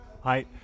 Hi